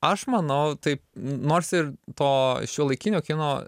aš manau taip nors ir to šiuolaikinio kino